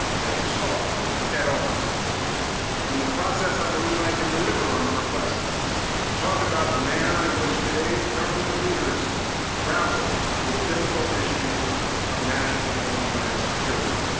that you saw, head-on. in the process, i believe i can deliver on the request to talk about the manner in which today's government leaders grapple with difficult issues of national and homeland security.